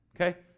Okay